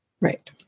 Right